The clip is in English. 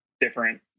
different